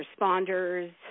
responders